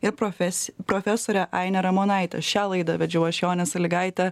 ir profes profesore aine ramonaite šią laidą vedžiau aš jonė salygaitė